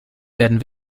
werden